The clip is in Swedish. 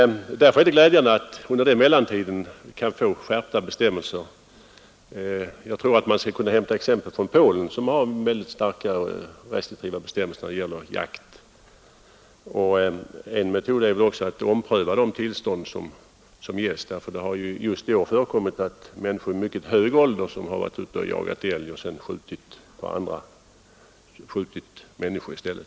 Därför är det glädjande att vi under mellantiden kan få skärpta bestämmelser. Jag tror att man kan hämta exempel från Polen, som har mycket restriktiva bestämmelser om jakt. En metod är att ompröva de jakttillstånd som ges. Det har just i år förekommit att jägare i mycket hög ålder varit ute och jagat älg men skjutit en människa i stället.